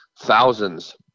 thousands